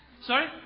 Sorry